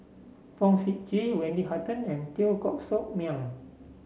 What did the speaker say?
Fong Sip Chee Wendy Hutton and Teo Koh Sock Miang